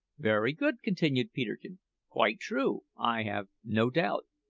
very good, continued peterkin quite true, i have no doubt.